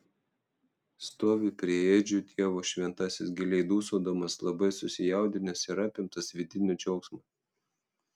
stovi prie ėdžių dievo šventasis giliai dūsaudamas labai susijaudinęs ir apimtas vidinio džiaugsmo